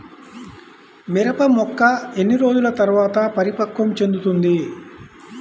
మిరప మొక్క ఎన్ని రోజుల తర్వాత పరిపక్వం చెందుతుంది?